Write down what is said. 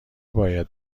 باید